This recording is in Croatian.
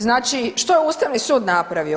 Znači što je Ustavni sud napravio?